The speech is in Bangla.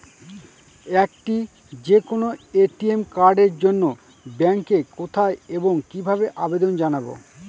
একটি যে কোনো এ.টি.এম কার্ডের জন্য ব্যাংকে কোথায় এবং কিভাবে আবেদন জানাব?